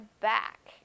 back